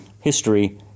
history